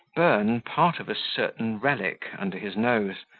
burn part of a certain relic under his nose,